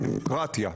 על דמוקרטיה.